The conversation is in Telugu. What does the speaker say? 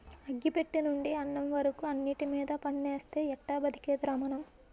అగ్గి పెట్టెనుండి అన్నం వరకు అన్నిటిమీద పన్నేస్తే ఎట్టా బతికేదిరా మనం?